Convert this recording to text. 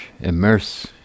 immerse